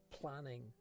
planning